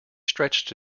stretched